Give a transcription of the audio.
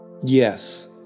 Yes